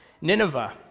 Nineveh